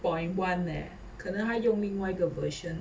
point one eh 可能他用另外一个 version